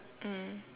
mm